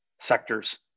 sectors